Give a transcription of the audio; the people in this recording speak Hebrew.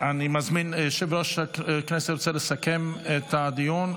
יושב-ראש ועדת הכנסת רוצה לסכם את הדיון?